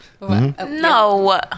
No